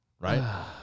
Right